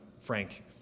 Frank